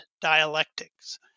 dialectics